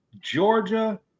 Georgia